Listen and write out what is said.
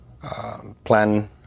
Plan